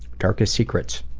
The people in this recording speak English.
darkest secret?